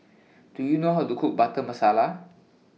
Do YOU know How to Cook Butter Masala